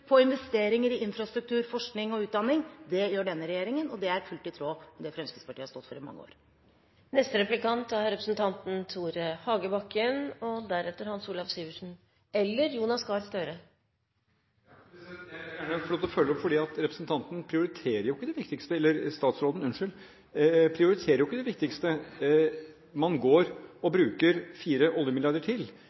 på investeringer i infrastruktur, forskning og utdanning. Det gjør denne regjeringen, og det er fullt i tråd med det Fremskrittspartiet har stått for i mange år. Jeg vil gjerne få lov til å følge opp, for statsråden prioriterer jo ikke det viktigste. Man går og bruker fire oljemilliarder til